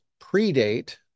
predate